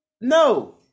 no